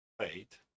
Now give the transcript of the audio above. eight